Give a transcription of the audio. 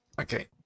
Okay